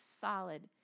solid